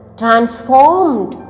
transformed